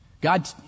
God